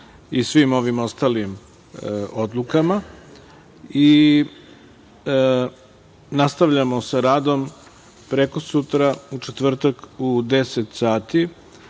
i svim ovim ostalim odlukama. Nastavljamo sa radom prekosutra, u četvrtak u 10